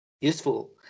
useful